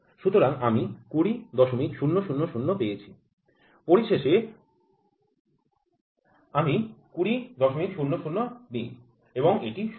সুতরাং আমি ২০০০০ পেয়েছি পরিশেষে আমি ২০০০০ নিই এবং এটি ০ হয়